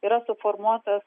yra suformuotas